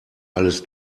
alles